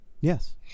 yes